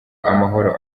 amahoro